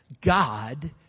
God